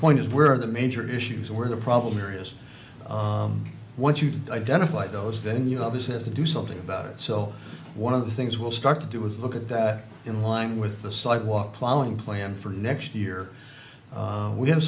point is where the major issues were the problem areas once you've identified those then you obviously do something about it so one of the things will start to do is look at that in line with the sidewalk plowing plan for next year we have